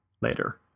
later